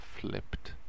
flipped